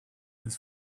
his